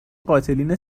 قاتلین